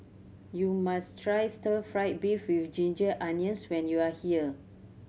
you must try stir fried beef with ginger onions when you are here